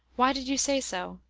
why did you say so?